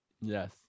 Yes